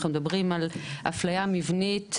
אנחנו מדברים על אפליה מבנית,